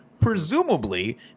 presumably